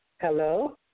Hello